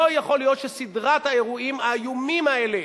לא יכול להיות שסדרת האירועים האיומים האלה,